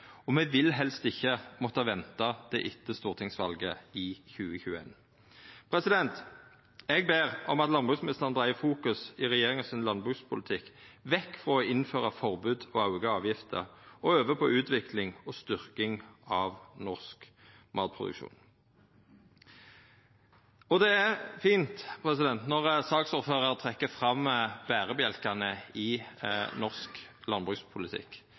og me vil helst ikkje måtta venta til etter stortingsvalet i 2021. Eg ber om at landbruksministeren dreiar fokuset i regjeringa sin landbrukspolitikk vekk frå å innføra forbod og auka avgifter og over til utvikling og styrking av norsk matproduksjon. Det er fint når saksordføraren trekkjer fram berebjelkane i norsk landbrukspolitikk,